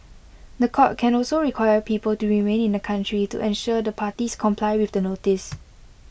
The Court can also require people to remain in the country to ensure the parties comply with the notice